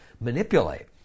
manipulate